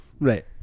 Right